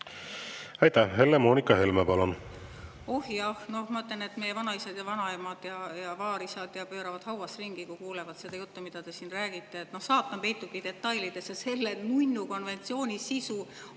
Aitäh! Helle-Moonika Helme, palun! Oh jah! Ma ütlen, et meie vanaisad ja vanaemad ja vaarisad pööravad hauas ringi, kui kuulevad seda juttu, mida te siin räägite. Saatan peitubki detailides ja selle nunnu konventsiooni sisu